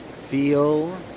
feel